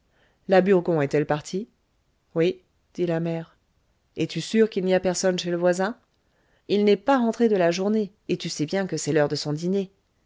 la burgon est-elle partie oui dit la mère es-tu sûre qu'il n'y a personne chez le voisin il n'est pas rentré de la journée et tu sais bien que c'est l'heure de son dîner